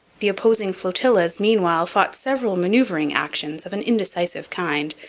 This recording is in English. the opposing flotillas meanwhile fought several manoeuvring actions of an indecisive kind,